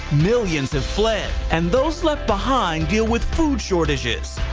millions have fled, and those left behind deal with food shortages,